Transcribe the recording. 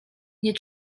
nie